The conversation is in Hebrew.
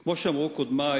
כמו שאמרו קודמי,